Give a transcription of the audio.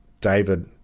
David